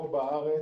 פה בארץ,